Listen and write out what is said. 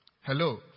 Hello